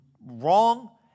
wrong